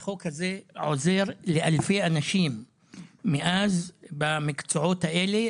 החוק הזה עוזר מאז לאלפי אנשים במקצועות הללו,